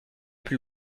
plus